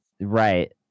Right